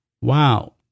Wow